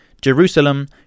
Jerusalem